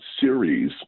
series